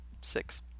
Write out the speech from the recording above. Six